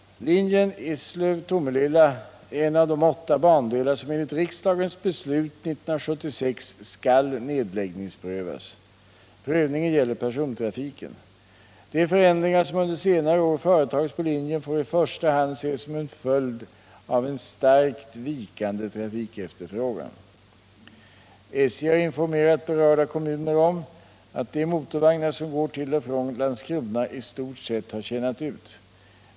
Linjen Eslöv-Tomelilla är en av de åtta bandelar som enligt riksdagens beslut 1976 skall nedläggningsprövas. Prövningen gäller persontrafiken. De förändringar som under senare år företagits på linjen får i första hand ses som en följd av en starkt vikande trafikefterfrågan. SJ har informerat berörda kommuner om att de motorvagnar som går till och från Landskrona i stort sett har tjänat ut.